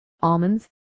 Almonds